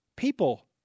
People